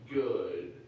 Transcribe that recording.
good